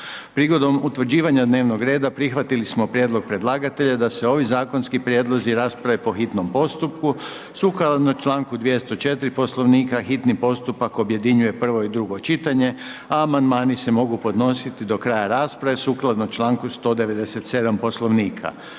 Prigodom utvrđivanja dnevnog reda, prihvatili smo prijedlog predlagatelja da se ovi zakonski prijedlozi rasprave po hitnom postupku sukladno članku 204., Poslovnika. Hitni postupak objedinjuje prvo i drugo čitanje, a amandmani se mogu podnositi do kraja rasprave sukladno članku 197. Poslovnika.